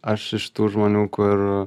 aš iš tų žmonių kur